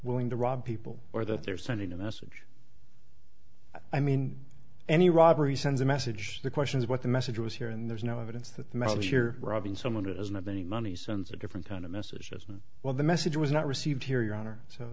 willing to rob people or that they're sending a message i mean any robbery sends a message the question is what the message was here and there's no evidence that the message here robbing someone who doesn't have any money sends a different kind of message as well the message was not received here your honor so